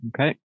Okay